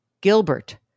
Gilbert